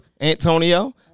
Antonio